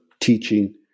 teaching